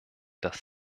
dass